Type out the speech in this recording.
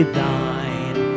thine